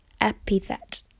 epithet